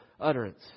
utterance